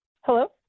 Hello